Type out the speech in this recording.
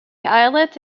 islet